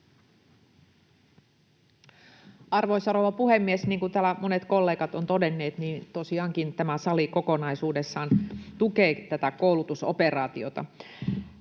Arvoisa rouva puhemies! Niin kuin täällä monet kollegat ovat todenneet, tosiaankin tämä sali kokonaisuudessaan tukee tätä koulutusoperaatiota.